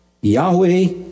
Yahweh